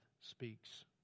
speaks